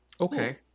Okay